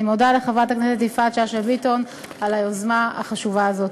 אני מודה לחברת הכנסת יפעת שאשא ביטון על היוזמה החשובה הזאת.